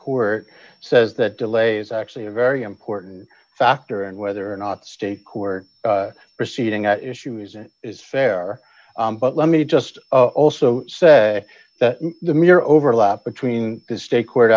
court says that delay is actually a very important factor and whether or not state court proceeding at issue is it is fair but let me just also say that the mere overlap between the state court